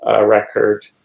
record